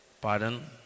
pardon